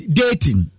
dating